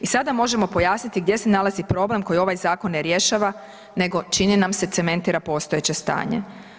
I sada možemo pojasniti gdje se nalazi problem koji ovaj zakon ne rješava nego čini nam se cementira postojeće stanje.